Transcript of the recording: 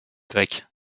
grecque